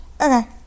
Okay